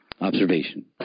Observation